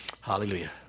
Hallelujah